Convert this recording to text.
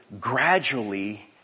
gradually